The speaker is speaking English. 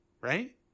right